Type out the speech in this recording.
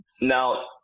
Now